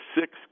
six